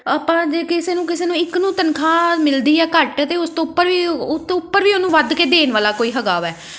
ਆਪਾਂ ਜੇ ਕਿਸੇ ਨੂੰ ਕਿਸੇ ਨੂੰ ਇੱਕ ਨੂੰ ਤਨਖਾਹ ਮਿਲਦੀ ਹੈ ਘੱਟ ਤਾਂ ਉਸ ਤੋਂ ਉੱਪਰ ਵੀ ਉਹ ਤੋਂ ਉੱਪਰ ਵੀ ਉਹਨੂੰ ਵੱਧ ਕੇ ਦੇਣ ਵਾਲਾ ਕੋਈ ਹੈਗਾ ਵੈ